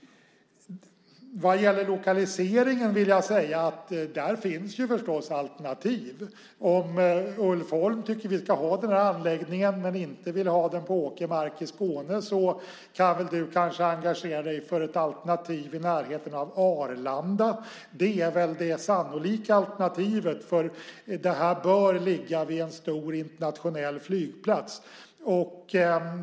Vad gäller lokaliseringen vill jag säga att där förstås finns alternativ. Om Ulf Holm tycker att vi ska ha den här anläggningen men inte vill ha den på åkermark i Skåne kan du kanske engagera dig för ett alternativ i närheten av Arlanda. Det är väl det sannolika alternativet, för det här bör ligga vid en stor internationell flygplats.